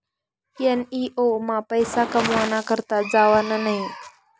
NGO मा पैसा कमावाना करता जावानं न्हयी